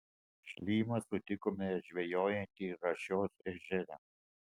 šlymą sutikome žvejojantį rašios ežere